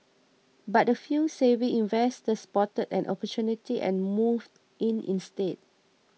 but a few savvy investors spotted an opportunity and moved in instead